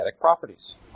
properties